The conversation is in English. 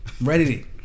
Ready